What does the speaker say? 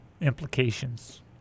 implications